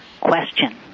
Question